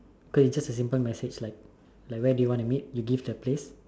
because is just a simple message like where you want to meet you give the place